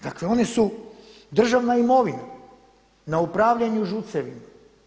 Dakle one su državna imovina na upravljanju ŽUC-evima.